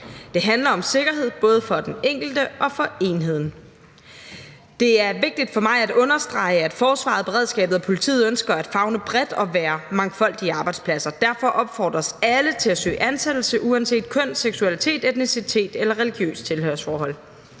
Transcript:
Det handler om sikkerhed, både for den enkelte og for enheden. Det er vigtigt for mig at understrege, at forsvaret, beredskabet og politiet ønsker at favne bredt og være mangfoldige arbejdspladser. Derfor opfordres alle til at søge ansættelse uanset køn, seksualitet, etnicitet eller religiøst tilhørsforhold.